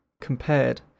compared